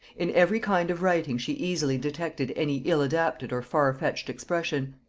in every kind of writing she easily detected any ill-adapted or far-fetched expression.